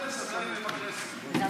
בן גביר בכנסת, בן גביר בכנסת.